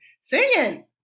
singing